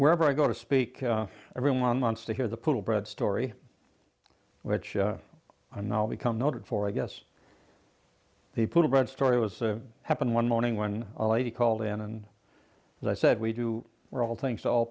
wherever i go to speak everyone wants to hear the pool bread story which i'm now become noted for i guess the put bread story was a happened one morning when a lady called in and as i said we do were all things to all